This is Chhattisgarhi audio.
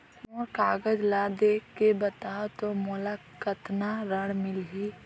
मोर कागज ला देखके बताव तो मोला कतना ऋण मिलही?